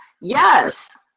yes